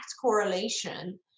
correlation